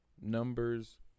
numbers